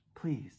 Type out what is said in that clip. Please